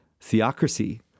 theocracy